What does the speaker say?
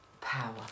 power